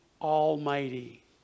Almighty